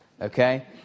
okay